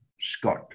Scott